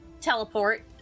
teleport